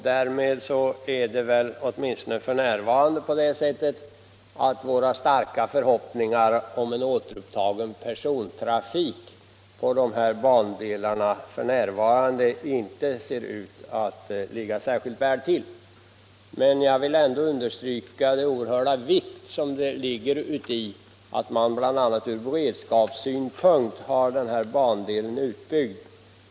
Därmed är det väl åtminstone f. n. på det sättet att våra starka önskemål om en återupptagen persontrafik på de här bandelarna inte ligger särskilt väl till. Men jag vill ändå understryka den oerhörda vikten av att man bl.a. ur beredskapssynpunkt har den aktuella bandelen utbyggd.